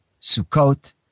Sukkot